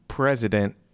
president